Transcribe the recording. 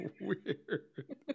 weird